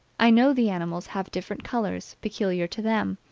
i know the animals have different colors, peculiar to them,